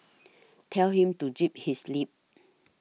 tell him to zip his lip